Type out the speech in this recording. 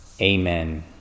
Amen